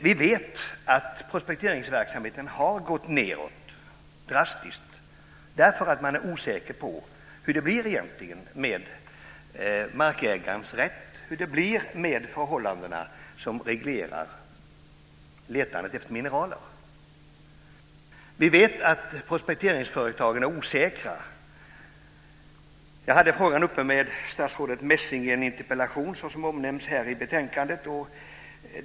Vi vet att prospekteringsverksamheten har gått ned drastiskt därför att man är osäker på hur det blir med markägarens rätt och förhållandena som reglerar letandet efter mineraler. Vi vet att prospekteringsföretagen är osäkra. - Jag hade frågan uppe med statsrådet Messing i en interpellation, som omnämns i betänkandet.